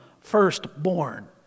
firstborn